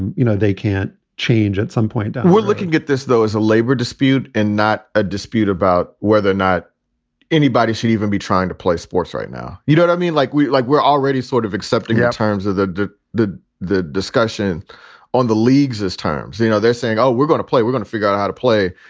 and you know, they can't change at some point we're looking at this, though, is a labor dispute and not a dispute about whether or not anybody should even be trying to play sports right now. you don't i mean, like we like we're already sort of accepting the terms of the the the discussion on the leagues as terms. you know, they're saying, oh, we're going to play, we're gonna figure out how to play.